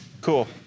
Cool